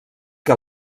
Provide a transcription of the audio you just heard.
que